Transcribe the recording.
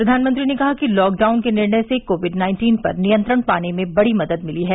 प्रधानमंत्री ने कहा कि लॉकडाउन के निर्णय से कोविड नाइन्टीन पर नियंत्रण पाने में बड़ी मदद मिली है